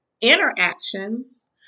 interactions